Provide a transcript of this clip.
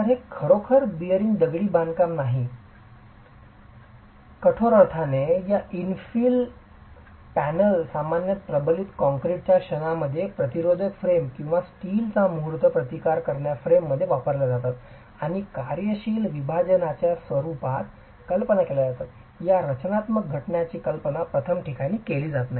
तर हे खरोखर बेअरींग दगडी बांधकाम नाही कठोर अर्थाने या इनफिल पॅनेल्स सामान्यत प्रबलित कंक्रीटच्या क्षणामध्ये प्रतिरोधक फ्रेम किंवा स्टीलच्या मुहूर्तावर प्रतिकार करणार्या फ्रेममध्ये वापरल्या जातात आणि कार्यशील विभाजनाच्या रूपात कल्पना केल्या जातात या रचनात्मक घटकांची कल्पना प्रथम ठिकाणी केली जात नाही